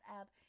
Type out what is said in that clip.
app